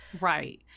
Right